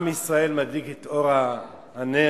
עם ישראל מדליק את אור הנר.